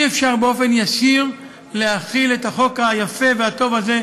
אי-אפשר באופן ישיר להחיל את החוק היפה והטוב הזה,